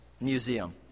museum